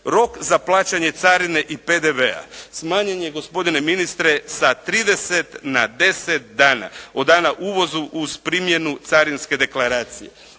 Rok za plaćanje carine i PDV-a smanjen je gospodine ministre sa 30 na 10 dana, od dana uvoza uz primjenu carinske deklaracije.